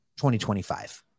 2025